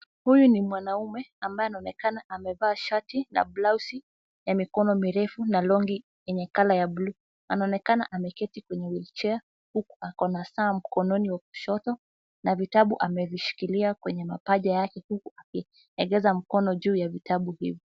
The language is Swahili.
Huyu ni mwanamume ambaye anaonekana amevaa shati na blausi ya mikono mirefu na long'i inaonekana ya buluu. Anaonekana ameketi kwenye wheelchair huku ako na saa mkononi wa kushoto na vitabu amevishikilia kwenye mapaja yake akiegeza mkono juu ya vitabu hivyo.